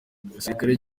igisirikare